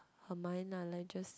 her mind lah like just